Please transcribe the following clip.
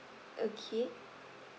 okay